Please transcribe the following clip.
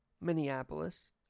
Minneapolis